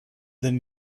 then